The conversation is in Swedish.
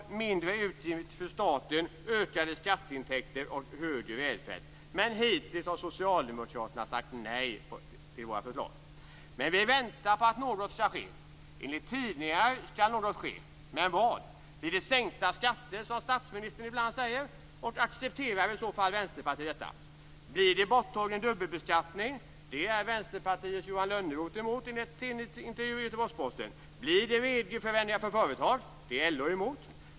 Det blir mindre utgifter för staten, ökade skatteintäkter och högre välfärd. Men hittills har socialdemokraterna sagt nej till våra förslag. Men vi väntar på att något skall ske. Enligt tidningar skall något ske, men vad? Blir det sänkta skatter, som statsministern ibland säger? Accepterar i så fall Vänsterpartiet det? Blir det en borttagning av dubbelbeskattningen? Det är Vänsterpartiets Johan Lönnroth emot, enligt en intervju i Göteborgs-Posten. Blir det regelförändringar för företag? Det är LO emot.